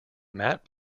matte